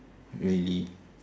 really